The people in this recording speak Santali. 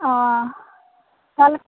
ᱳᱚ ᱛᱟᱦᱚᱞᱮ